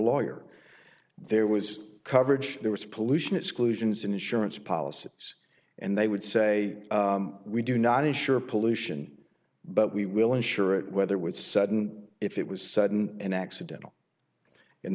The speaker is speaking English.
lawyer there was coverage there was pollution exclusions and insurance policies and they would say we do not insure pollution but we will insure it whether with sudden if it was sudden an accident